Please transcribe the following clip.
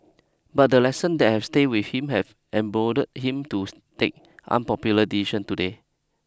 but the lessons that have stayed with him have emboldened him to stake unpopular decisions today